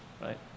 Right